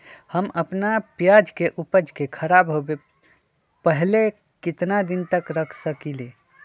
हम अपना प्याज के ऊपज के खराब होबे पहले कितना दिन तक रख सकीं ले?